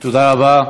תודה רבה.